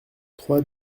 trois